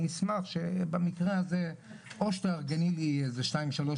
אני אשמח שבמקרה הזה או שתארגני לי איזה שתיים או שלוש